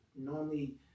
normally